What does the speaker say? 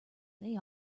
they